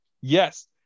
Yes